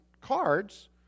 cards